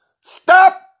Stop